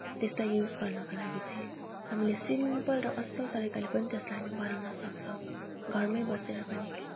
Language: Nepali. त्यस्ता युज गर्नको लागि चाहिँ हामीले सिम्पल र असल तरिकाले पनि त्यसलाई हामीले बनाउन सक्छौँ घरमै बसेर पनि